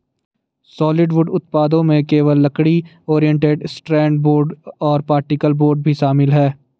solid wood उत्पादों में केवल लकड़ी, ओरिएंटेड स्ट्रैंड बोर्ड और पार्टिकल बोर्ड भी शामिल है